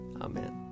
Amen